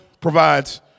provides